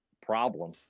problem